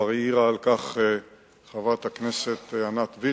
כבר העירה על כך חברת הכנסת עינת וילף,